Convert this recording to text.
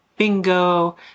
Bingo